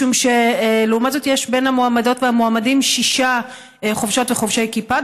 משום שלעומת זאת יש בין המועמדות והמועמדים שישה חובשות וחובשי כיפה,